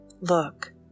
Look